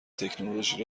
تکنولوژی